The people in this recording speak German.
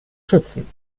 schützen